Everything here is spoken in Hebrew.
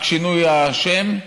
רק שינוי השם,